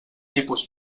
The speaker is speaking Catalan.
tipus